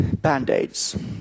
band-aids